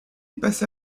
passe